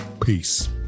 Peace